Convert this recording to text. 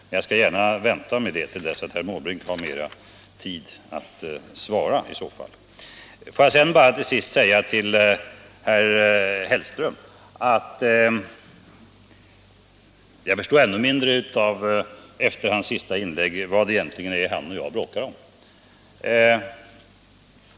Får jag sedan bara säga till herr Hellström att jag efter hans senaste inlägg ännu mindre än tidigare förstår vad det är han och jag är oense om.